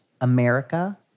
America